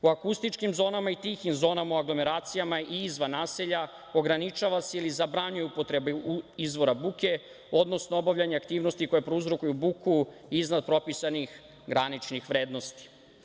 U akustičnim zonama i tihim zonama u anglomeracijama i izvan naselja ograničava se ili zabranjuje upotreba izvora buke, odnosno obavljanje aktivnosti koje prouzrokuju buku iznad propisanih graničnih vrednosti.